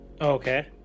Okay